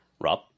Rob